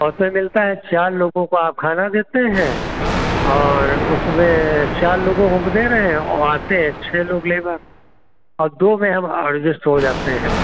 और उसमें मिलता है चार लोगों को आप खाना देते हैं और उसमें चार लोगों को अब दे रहे हैं और आते हैं छः लोग लेबर और दो में हम अडजेस्ट हो जाते हैं